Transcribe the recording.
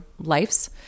lives